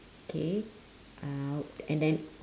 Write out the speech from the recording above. K uh and then